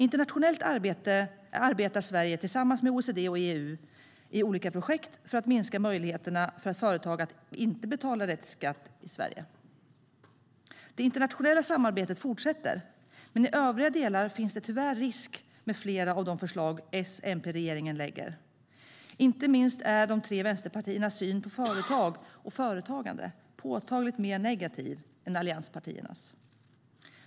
Internationellt arbetar Sverige tillsammans med OECD och EU i olika projekt för att minska möjligheterna för företag att inte betala rätt skatt i Sverige. Det internationella samarbetet fortsätter. Men i övriga delar finns det tyvärr risk med flera av de förslag S-MP-regeringen lägger fram. Inte minst är de tre vänsterpartiernas syn på företag och företagande påtagligt mer negativ än allianspartiernas.